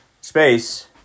space